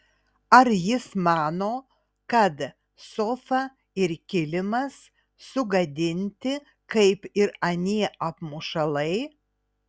ar jis mano kad sofa ir kilimas sugadinti kaip ir anie apmušalai